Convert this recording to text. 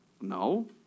No